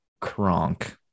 Kronk